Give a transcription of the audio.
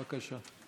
בבקשה.